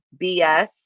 BS